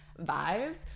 vibes